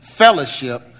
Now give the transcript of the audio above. fellowship